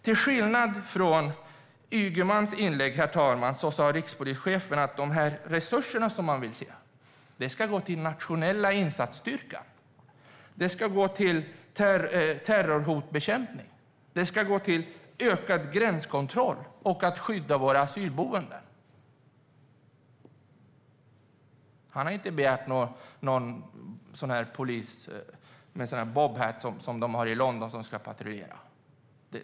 Till skillnad från vad Ygeman sa i sitt inlägg, herr talman, sa rikspolischefen att de resurser som man vill se ska gå till nationella insatsstyrkan. Det ska gå till terrorhotsbekämpning. Det ska gå till ökad gränskontroll och till att skydda våra asylboenden. Han har inte begärt några sådana här bobbies som de har i London som ska patrullera.